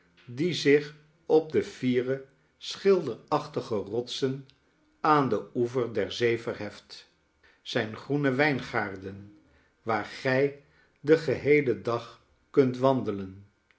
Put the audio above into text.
die zich op de fiere schilderachtige rotsen aan den oever der zee verheft zijn groene wijngaarden waar gij den geheelen dag kunt wandelen